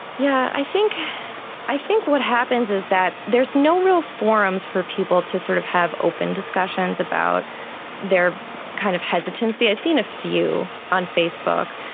yeah i think i think what happens is that there's no real forums for people to sort of have open discussions about their kind of hesitancy. i've seen a few on facebook,